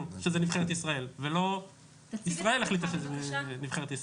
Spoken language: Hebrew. שזו נבחרת ישראל ולא ישראל החליטה שזו נבחרת ישראל.